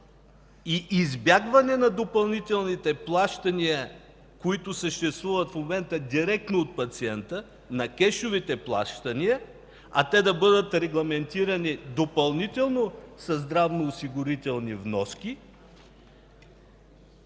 избягване на допълнителните плащания, които съществуват в момента, директно от пациента, на кешовите такива – те да бъдат регламентирани допълнително със здравноосигурителни вноски.